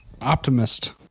Optimist